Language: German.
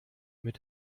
mit